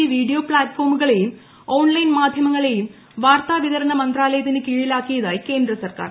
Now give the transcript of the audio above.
T video പ്താറ്റ്ഫോമുകളെയും online മാധ്യമങ്ങളെയും വാർത്താ വിതരണ മന്ത്രാലയത്തിന് കീഴിലാക്കിയതായി കേന്ദ്ര സർക്കാർ